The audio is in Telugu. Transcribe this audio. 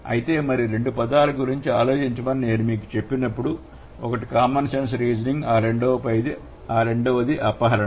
అయితే మరి రెండు పదాల గురించి ఆలోచించమని నేను మీకు చెప్పినప్పుడు ఒకటి కామన్ సెన్స్ రీజనింగ్ ఆపై రెండవది అపహరణ